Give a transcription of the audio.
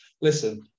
Listen